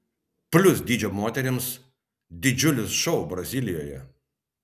plius dydžio moterims didžiulis šou brazilijoje